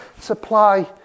supply